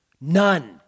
None